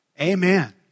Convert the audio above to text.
Amen